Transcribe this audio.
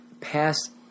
past